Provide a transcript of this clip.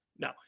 No